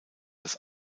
das